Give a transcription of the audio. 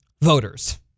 voters